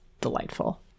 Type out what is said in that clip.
delightful